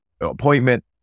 appointment